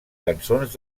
cançons